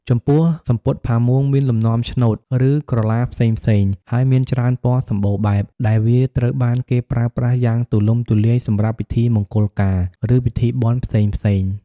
ចំពោះសំពត់ផាមួងមានលំនាំឆ្នូត ឬក្រឡាផ្សេងៗ ហើយមានច្រើនពណ៌សម្បូរបែប ដែលវាត្រូវបានគេប្រើប្រាស់យ៉ាងទូលំទូលាយសម្រាប់ពិធីមង្គលការ ឬពិធីបុណ្យផ្សេងៗ ។